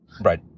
Right